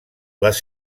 les